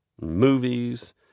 movies